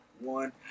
one